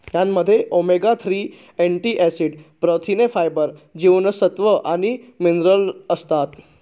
यामध्ये omega three fatty acid, प्रथिने, fibre, जीवनसत्व आणि मिनरल्स असतात